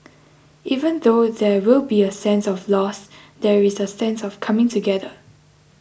even though there will be a sense of loss there is a sense of coming together